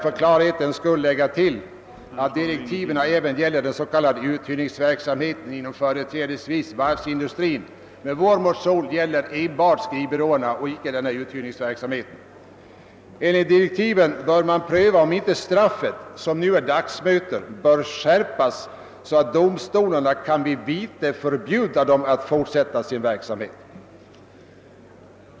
För klarhetens skull kan jag tiillägga att dessa direktiv även gäller den s.k. uthyrningsverksamheten inom företrädesvis varvsindustrin, men vår motion gäller enbart skrivbyråerna och icke denna uthyrningsverksamhet. Enligt direktiven bör man pröva om inte straffet, som nu är dagsböter, bör skärpas så, att domstolarna kan vid vite förbjuda dem att forsätta sin verksamhet.